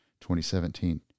2017